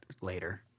later